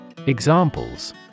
Examples